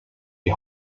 die